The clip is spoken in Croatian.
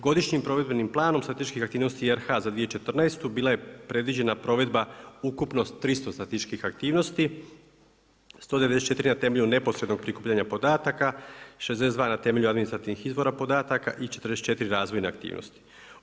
Godišnjim provedbenim planom statističkih aktivnosti RH za 2014. bila je predviđena provedba ukupnost 300 statističkih aktivnosti, 194 na temelju neposrednog prikupljanja podataka, 62 na temelju administrativnih izvora podatak i 44 razvojne aktivnosti.